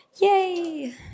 Yay